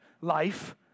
life